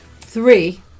three